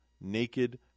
naked